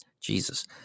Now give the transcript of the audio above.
Jesus